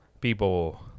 people